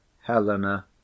Helena